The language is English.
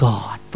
God